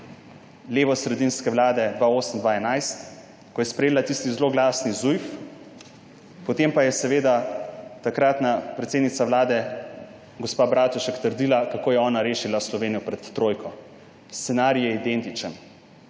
levosredinske vlade v obdobju 2008-2011, ko je sprejela tisti zloglasni Zujf, potem pa je takratna predsednica vlade gospa Bratušek trdila, kako je ona rešila Slovenijo pred trojko. Scenarij je identičen.